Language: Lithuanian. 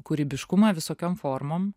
kūrybiškumą visokiom formom